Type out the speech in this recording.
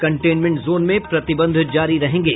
containment zone में प्रतिबंध जारी रहेंगे